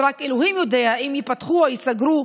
ורק אלוהים יודע אם ייפתחו או ייסגרו,